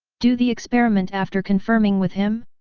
do the experiment after confirming with him?